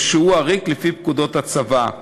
או שהוא עריק לפי פקודות הצבא.